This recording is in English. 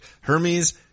Hermes